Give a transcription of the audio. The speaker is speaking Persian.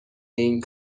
این